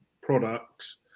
products